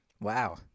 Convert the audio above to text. Wow